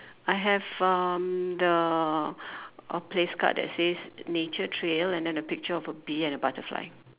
I have um the a place card that says nature trail and then a picture of bee and a butterfly